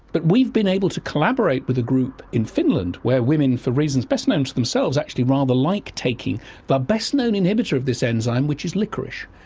but we've been able to collaborate with a group in finland where women for reasons best known to themselves actually rather like taking the but best known inhibitor of this enzyme, which is liquorice.